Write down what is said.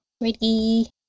Ready